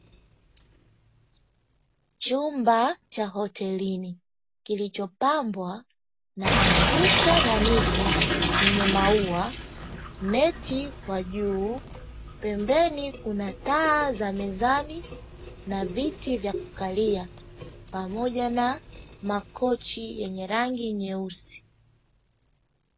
Chumba cha hotelini, kilichopambwa na mashuka na mito yenye maua, neti kwa juu, pembeni kuna taa za mezani na viti vya kukalia, pamoja na makochi yenye rangi nyeusi.